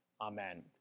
Amen